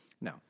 No